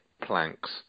Planks